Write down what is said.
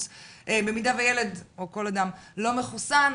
שבמידה שילד או כל אדם לא מחוסן,